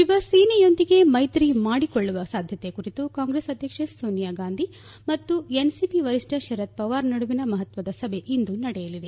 ಶಿವಸೇನೆಯೊಂದಿಗೆ ಮೈತ್ರಿ ಮಾಡಿಕೊಳ್ಳುವ ಸಾಧ್ಯತೆ ಕುರಿತು ಕಾಂಗ್ರೆಸ್ ಅಧ್ಯಕ್ಷೆ ಸೋನಿಯಾ ಗಾಂಧಿ ಮತ್ತು ಎನ್ಸಿಪಿ ವರಿಷ್ಠ ಶರದ್ ಪವಾರ್ ನಡುವಿನ ಮಹತ್ತದ ಸಭೆ ಇಂದು ನಡೆಯಲಿದೆ